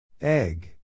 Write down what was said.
Egg